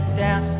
down